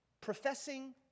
professing